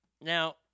Now